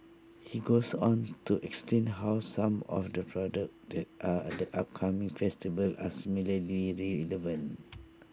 he goes on to explain how some of the at A upcoming festival are similarly relevant